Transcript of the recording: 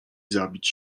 zabić